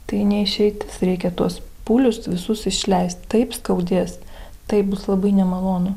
tai ne išeitis reikia tuos pūlius visus išleist taip skaudės taip bus labai nemalonu